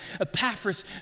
Epaphras